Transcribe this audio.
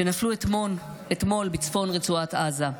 שנפלו אתמול בצפון רצועת עזה,